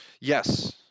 Yes